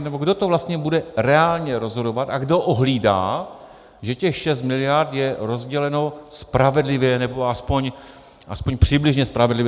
Nebo kdo to vlastně bude reálně rozhodovat a kdo ohlídá, že těch šest miliard je rozděleno spravedlivě, nebo alespoň přibližně spravedlivě?